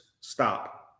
stop